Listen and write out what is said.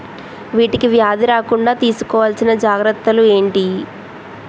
వీటికి వ్యాధి రాకుండా తీసుకోవాల్సిన జాగ్రత్తలు ఏంటియి?